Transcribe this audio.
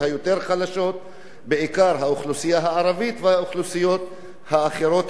בעיקר האוכלוסייה הערבית והאוכלוסיות האחרות הנחלשות במדינת ישראל.